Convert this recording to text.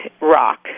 rock